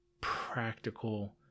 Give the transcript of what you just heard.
practical